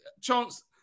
chance